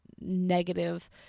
negative